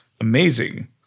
amazing